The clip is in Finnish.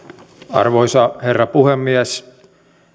arvoisa herra puhemies